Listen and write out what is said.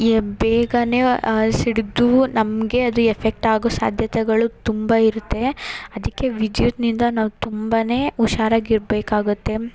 A ಬೇಗನೇ ಸಿಡ್ದು ನಮಗೆ ಅದು ಎಫೆಕ್ಟ್ ಆಗೋ ಸಾಧ್ಯತೆಗಳು ತುಂಬ ಇರುತ್ತೆ ಅದಕ್ಕೆ ವಿದ್ಯುತ್ತಿನಿಂದ ನಾವು ತುಂಬಾ ಹುಷಾರಾಗಿ ಇರಬೇಕಾಗತ್ತೆ